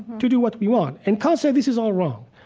to do what we want. and kant said this is all wrong.